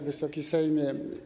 Wysoki Sejmie!